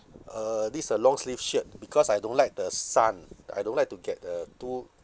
uh this uh long sleeve shirt because I don't like the sun I don't like to get uh too